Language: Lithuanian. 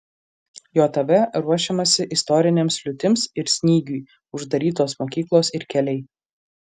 jav ruošiamasi istorinėms liūtims ir snygiui uždarytos mokyklos ir keliai